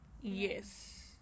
Yes